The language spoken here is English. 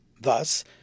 Thus